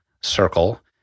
circle